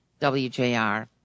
WJR